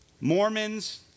Mormons